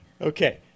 okay